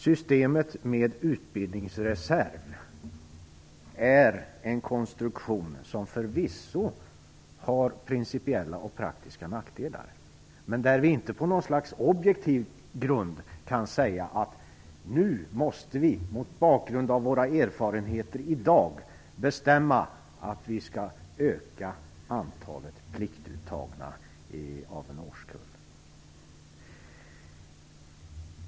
Systemet med utbildningsreserv är en konstruktion som förvisso har principiella och praktiska nackdelar, men vi kan inte på något slags objektiv grund säga att vi mot bakgrund av våra erfarenheter i dag måste bestämma att vi skall öka antalet pliktuttagna av en årskull.